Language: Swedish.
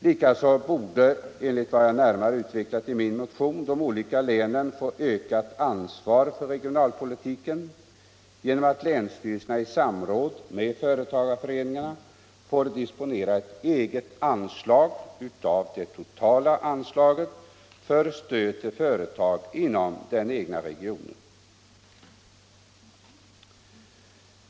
Likaså borde enligt vad jag närmare utvecklat i min motion de olika länen få ökat ansvar för regionalpolitiken genom att länsstyrelsen i samråd med företagarföreningen får disponera ett eget anslag av det totala anslaget för stöd till företag inom den egna regionen.